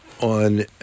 on